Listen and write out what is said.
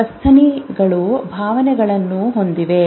ಸಸ್ತನಿಗಳು ಭಾವನೆಗಳನ್ನು ಹೊಂದಿವೆ